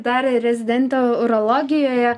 dar ir rezidentė urologijoje